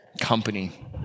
company